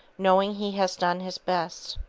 knowing he has done his best.